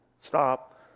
stop